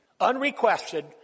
unrequested